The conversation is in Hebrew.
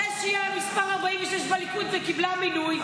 זה כשהיא מס' 46 בליכוד וקיבלה מינוי,